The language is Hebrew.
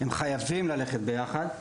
הם חייבים ללכת יחד.